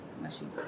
machine